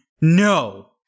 No